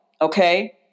Okay